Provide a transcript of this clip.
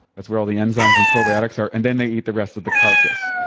that's where all the enzymes and probiotics are, and then they eat the rest of the carcass.